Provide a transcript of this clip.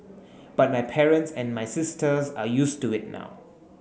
but my parents and my sisters are used to it now